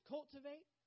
Cultivate